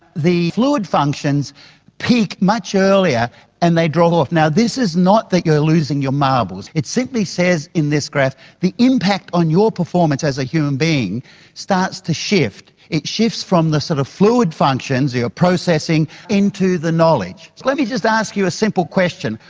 the fluid functions peak much earlier and they drop off. this is not that you're losing your marbles. it simply says in this graph that the impact on your performance as a human being starts to shift, it shifts from the sort of fluid functions or your processing into the knowledge let me just ask you a simple question.